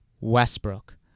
Westbrook